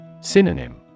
Synonym